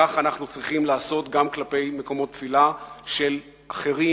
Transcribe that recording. כך אנחנו צריכים לעשות גם כלפי מקומות תפילה של אחרים,